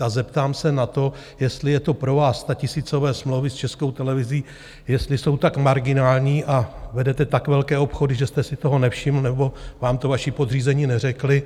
A zeptám se na to, jestli je to pro vás, statisícové smlouvy s Českou televizí, jestli jsou tak marginální a vedete tak velké obchody, že jste si toho nevšiml, nebo vám to vaši podřízení neřekli.